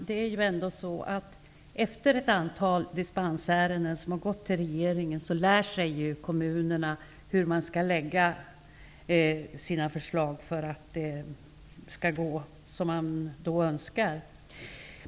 Herr talman! Efter ett antal dispensärenden som har gått till regeringen lär sig kommunerna hur man skall lägga fram sina förslag för att det skall gå som man önskar.